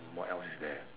mm what else is there